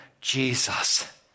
Jesus